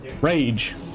rage